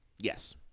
Yes